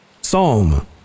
Psalm